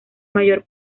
mayor